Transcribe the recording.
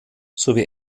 sowie